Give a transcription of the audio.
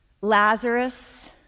Lazarus